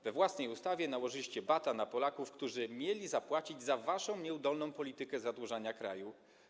We własnej ustawie stworzyliście bat na Polaków, którzy mieli zapłacić za waszą nieudolną politykę zadłużania kraju.